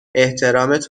احترامت